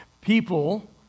people